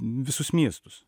visus miestus